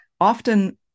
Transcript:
often